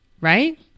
Right